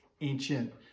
ancient